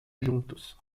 juntos